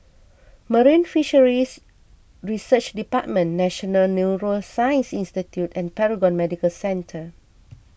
Marine Fisheries Research Department National Neuroscience Institute and Paragon Medical Centre